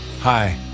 Hi